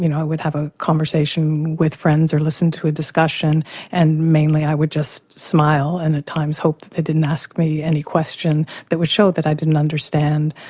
you know we'd have a conversation with friends or listen to a discussion and mainly i would just smile and at times hope they didn't ask me any questions that would show that i didn't understand.